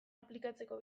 aplikatzeko